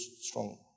strong